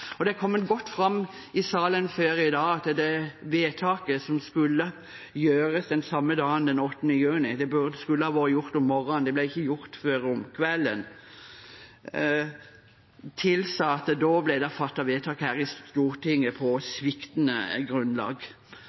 til: Det er kommet godt fram i salen før i dag at det vedtaket som skulle gjøres den samme dagen, den 8. juni – det skulle ha vært gjort om morgenen, det ble ikke gjort før om kvelden – tilsa at det da ble fattet vedtak her i Stortinget på sviktende grunnlag.